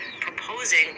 proposing